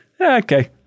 okay